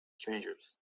strangers